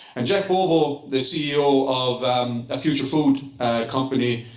and jack bobo, the ceo of a future food company,